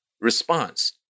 response